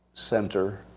center